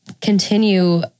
continue